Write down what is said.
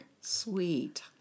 Sweet